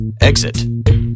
Exit